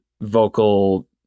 vocal